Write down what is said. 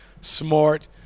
Smart